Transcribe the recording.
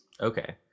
Okay